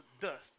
dust